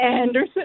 Anderson